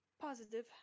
Positive